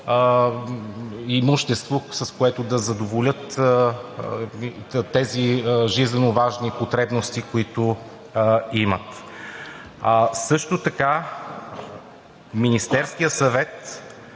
имущество, с което да задоволят тези жизненоважни потребности, които имат. Също така Министерският съвет